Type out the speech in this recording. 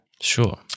sure